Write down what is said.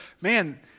man